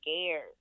scared